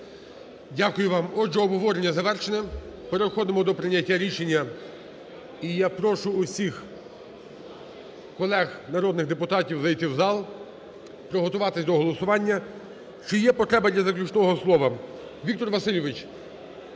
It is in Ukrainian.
Дякую вам. Отже, обговорення завершене, переходимо до прийняття рішення. І я прошу всіх колег народних депутатів зайти в зал, приготуватися до голосування. Чи є потреба для заключного слова? Віктор Васильович